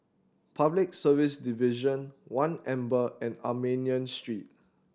Public Service Division One Amber and Armenian Street